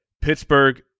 Pittsburgh